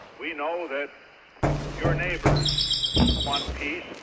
we know that your neighbours want peace.